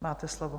Máte slovo.